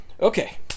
Okay